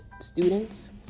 students